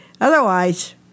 otherwise